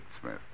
Smith